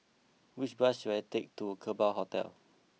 which bus should I take to Kerbau Hotel